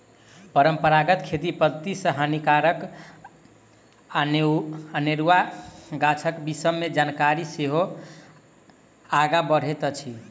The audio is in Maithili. परंपरागत खेती पद्धति सॅ हानिकारक अनेरुआ गाछक विषय मे जानकारी सेहो आगाँ बढ़ैत अछि